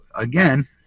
again